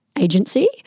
agency